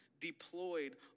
deployed